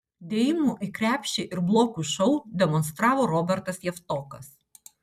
dėjimų į krepšį ir blokų šou demonstravo robertas javtokas